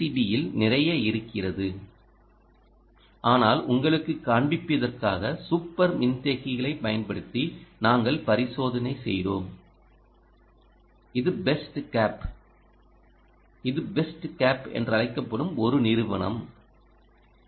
பியில் நிறைய இருக்கிறது ஆனால் உங்களுக்குக் காண்பிப்பதற்காக சூப்பர் மின்தேக்கிகளைப் பயன்படுத்தி நாங்கள் பரிசோதனை செய்தோம் இது பெஸ்ட் கேப் இது பெஸ்ட் கேப் என்று அழைக்கப்படும் ஒரு நிறுவனம் ஏ